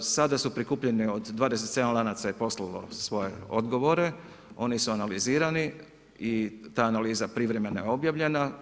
Sada su prikupljene, 27 lanaca je poslalo svoje odgovore, oni su analizirani i ta analiza privremena je objavljena.